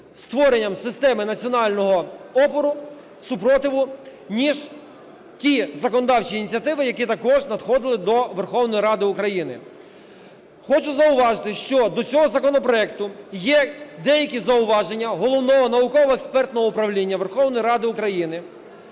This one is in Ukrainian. створенням системи національного опору, спротиву ніж ті законодавчі ініціативи, які також надходили до Верховної Ради України. Хочу зауважити, що до цього законопроекту є деякі зауваження Головного науково-експертного управління Верховної Ради України,